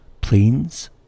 plains